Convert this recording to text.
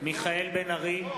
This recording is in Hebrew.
מיכאל בן-ארי,